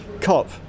COP